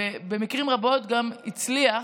ובמקרים רבים גם הצליח,